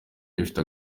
bifite